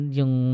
yung